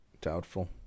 Doubtful